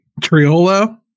Triolo